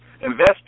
Invest